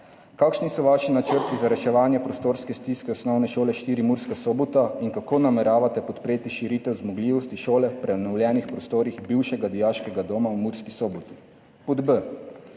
Kakšni so vaši načrti za reševanje prostorske stiske Osnovne šole IV Murska Sobota? Kako nameravate podpreti širitev zmogljivosti šole v prenovljenih prostorih bivšega dijaškega doma v Murski Soboti? Kako